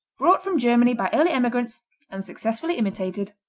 brought from germany by early emigrants and successfully imitated.